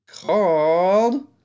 called